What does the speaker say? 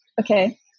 Okay